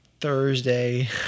Thursday